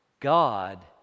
God